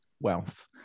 wealth